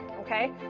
okay